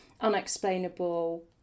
unexplainable